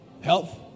Health